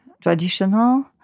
traditional